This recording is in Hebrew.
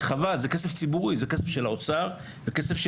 זה חבל, זה כסף ציבורי, זה כסף של האוצר וכסף של